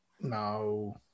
No